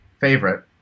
favorite